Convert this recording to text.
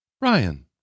Ryan